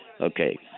Okay